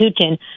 Putin